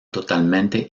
totalmente